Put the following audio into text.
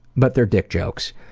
but they're dick jokes,